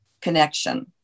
connection